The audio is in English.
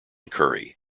curry